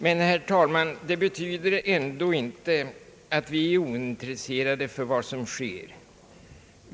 Men, herr talman, det betyder ändå inte att vi är ointresserade av vad som sker.